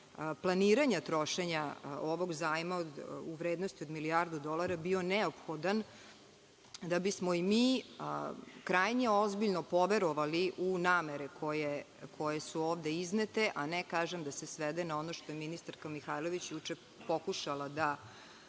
planiranja trošenja ovog zajma u vrednosti od milijardu dolara je bio neophodan, da bismo i mi krajnje ozbiljno poverovali u namene koje su ovde iznete, a ne da se svede na ono što ministarka Mihajlović je juče pokušala da